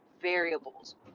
variables